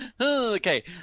Okay